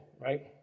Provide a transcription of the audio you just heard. right